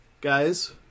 guys